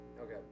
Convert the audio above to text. Okay